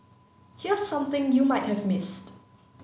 here's something you might have missed